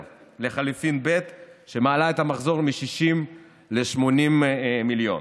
10 לחלופין ב', שמעלה את המחזור מ-60 ל-80 מיליון.